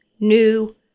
new